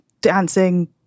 dancing